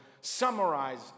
summarize